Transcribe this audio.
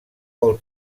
vol